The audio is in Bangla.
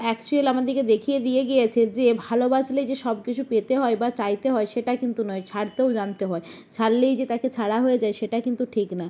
অ্যাকচুয়েল আমাদেরকে দেখিয়ে দিয়ে গিয়েছে যে ভালোবাসলেই যে সব কিছু পেতে হয় বা চাইতে হয় সেটা কিন্তু নয় ছাড়তেও জানতে হয় ছাড়লেই যে তাকে ছাড়া হয়ে যায় সেটা কিন্তু ঠিক না